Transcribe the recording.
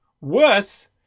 Worse